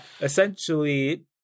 essentially